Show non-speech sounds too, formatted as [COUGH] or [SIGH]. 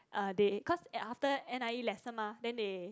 uh they cause [NOISE] after that N_I_E lesson mah then they